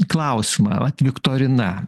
klausimą vat viktorina